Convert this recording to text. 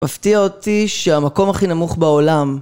מפתיע אותי שהמקום הכי נמוך בעולם